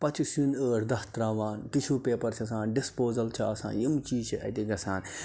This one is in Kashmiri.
پَتہٕ چھِ سِیُن ٲٹھ دہ تراوان ٹِشوٗ پیپَر چھِ آسان ڈِسپوزَل چھِ آسان یِم چیٖز چھِ اَتہِ گَژھان